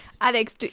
Alex